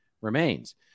remains